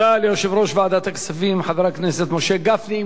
תודה ליושב-ראש ועדת הכספים חבר הכנסת משה גפני.